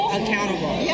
accountable